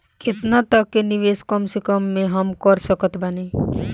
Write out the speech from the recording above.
केतना तक के निवेश कम से कम मे हम कर सकत बानी?